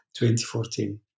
2014